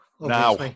Now